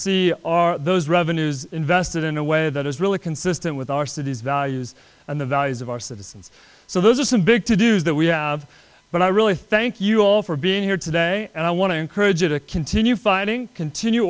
see are those revenues invested in a way that is really consistent with our city's values on the values of our citizens so those are some big to do's that we have but i really thank you all for being here today and i want to encourage you to continue fighting continue